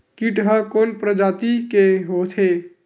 कीट ह कोन प्रजाति के होथे?